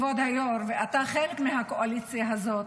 כבוד היו"ר, ואתה חלק מהקואליציה הזאת,